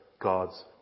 God's